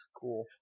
Cool